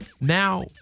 now